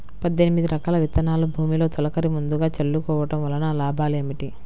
పద్దెనిమిది రకాల విత్తనాలు భూమిలో తొలకరి ముందుగా చల్లుకోవటం వలన లాభాలు ఏమిటి?